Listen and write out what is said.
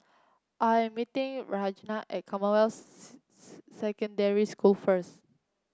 I'm meeting Ragna at Commonwealth Secondary School first